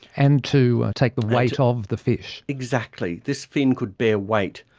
and to take the weight ah of the fish. exactly, this fin could bear weight.